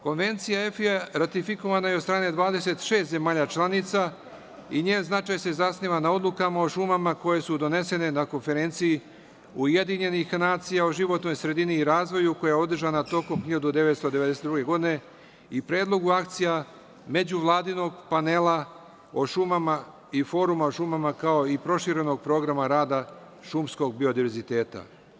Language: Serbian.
Konvencija EFI-ja ratifikovana je od strane 26 zemalja članica i njen značaj se zasniva na odlukama o šumama koje su donesene na konferenciji Ujedinjenih nacija o životnoj sredini i razvoju, koja je održana tokom 1992. godine i Predlogu akcija međuvladinog panela o šumama i foruma o šumama, kao i Proširenog programa rada šumskog biodiverziteta.